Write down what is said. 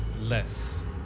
Less